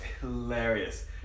hilarious